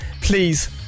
Please